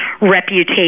reputation